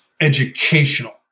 educational